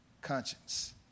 conscience